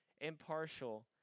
impartial